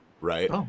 right